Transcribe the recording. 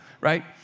right